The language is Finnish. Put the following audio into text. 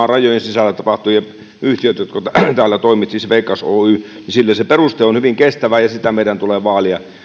maan rajojen sisällä tapahtuu ja yhtiöille jotka täällä toimivat siis veikkaus oylle se peruste on hyvin kestävä ja sitä meidän tulee vaalia